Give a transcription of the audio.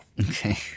Okay